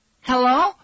Hello